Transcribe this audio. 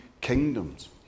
kingdoms